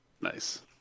Nice